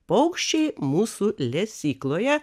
paukščiai mūsų lesykloje